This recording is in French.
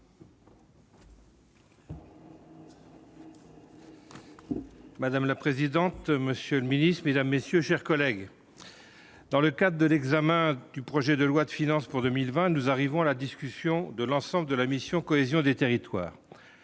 Madame la présidente, monsieur le Ministre Mesdames, messieurs, chers collègues, dans le cadre de l'examen du projet de loi de finances pour 2020 nous arrivons à la discussion de l'ensemble de la mission cohésion des territoires